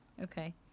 okay